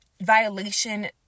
violation